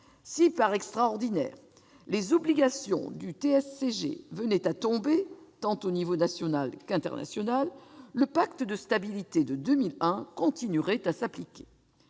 Si, par extraordinaire, les obligations du TSCG venaient à tomber, au niveau tant national qu'international, le pacte de stabilité de 2001 continuerait à s'appliquer.